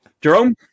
Jerome